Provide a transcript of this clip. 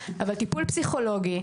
אבל טיפול פסיכולוגי,